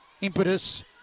impetus